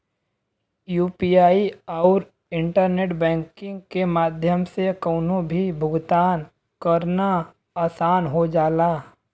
UPI आउर internet banking के माध्यम से कउनो भी भुगतान करना आसान हो जाला